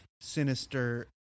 sinister